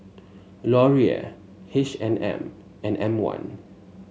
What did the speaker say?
Laurier H and M and M one